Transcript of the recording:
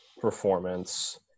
performance